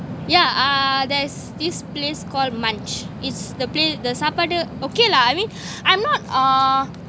yeah uh there's this place called munch is the place the saapadu okay lah I mean I'm not uh